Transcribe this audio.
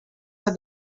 der